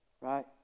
right